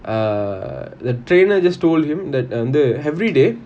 err the trainer just told him that வந்து:vanthu everyday